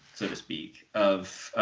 so to speak, of.